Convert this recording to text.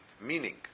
meaning